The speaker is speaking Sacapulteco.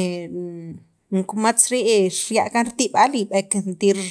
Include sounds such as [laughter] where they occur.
[hesitation] jun kumatz rii' riya' kan ritib'aal y b'eek juntir [noise]